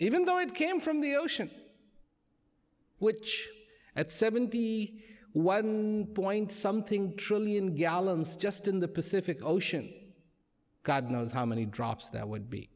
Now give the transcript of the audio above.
even though it came from the ocean which at seventy one point something trillion gallons just in the pacific ocean god knows how many drops there would be